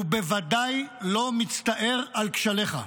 וודאי לא מצטער על כשליך.